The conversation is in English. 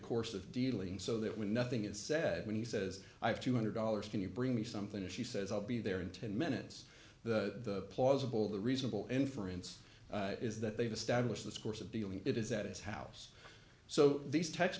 course of dealing so that when nothing is said when he says i have two hundred dollars can you bring me something or she says i'll be there in ten minutes the plausible the reasonable inference is that they've established this course of dealing it is at its house so these text